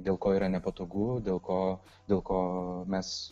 dėl ko yra nepatogu dėl ko dėl ko mes